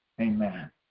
Amen